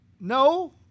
no